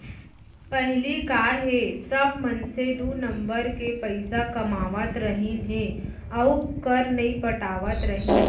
पहिली का हे सब मनसे दू नंबर के पइसा कमावत रहिन हे अउ कर नइ पटात रहिन